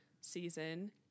season